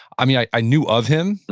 i mean, i i knew of him,